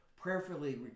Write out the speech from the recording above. prayerfully